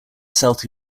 south